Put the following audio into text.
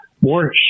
more